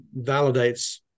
validates